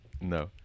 No